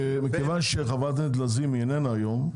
מכיוון שחברת הכנסת לזימי איננה היום,